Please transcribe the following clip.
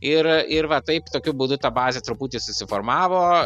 ir ir va taip tokiu būdu ta bazė truputį susiformavo